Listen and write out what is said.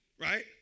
right